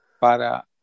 para